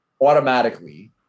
automatically